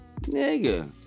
nigga